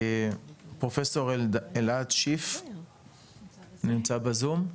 פרופ' אלעד שיף, נמצא בזום?